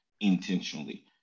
intentionally